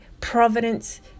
providence